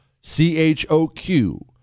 C-H-O-Q